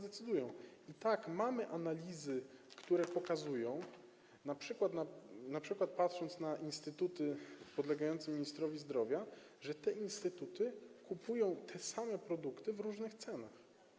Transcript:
I tak, mamy analizy, które pokazują, np. patrząc na instytuty podlegające ministrowi zdrowia, że te instytuty kupują te same produkty w różnych cenach.